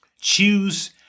Choose